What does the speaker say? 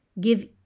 Give